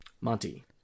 Monty